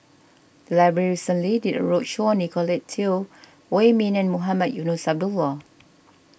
the library recently did a roadshow on Nicolette Teo Wei Min and Mohamed Eunos Abdullah